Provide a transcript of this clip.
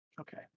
Okay